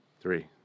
Three